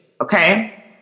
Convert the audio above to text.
Okay